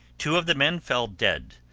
two of the men fell dead,